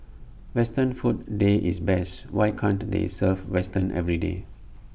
western food day is best why can't they serve western everyday